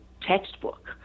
textbook